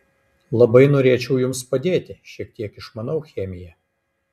labai norėčiau jums padėti šiek tiek išmanau chemiją